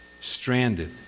stranded